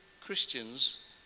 Christians